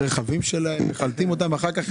הרכבים שלהם, מחלטים אותם, ואחר כך